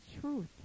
truth